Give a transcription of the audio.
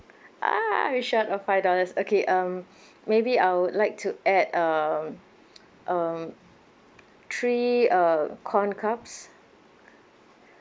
ah we should add a five dollars okay um maybe I would like to add um um three uh corn cups